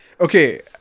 Okay